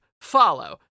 follow